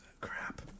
crap